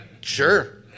Sure